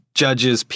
judges